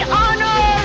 honor